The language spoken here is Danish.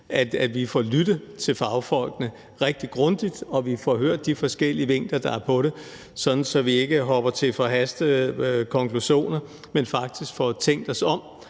at vi får lyttet til fagfolkene rigtig grundigt, og at vi får hørt de forskellige vinkler, der er på det, sådan at vi ikke drager forhastede konklusioner, men faktisk får tænkt os om.